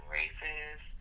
races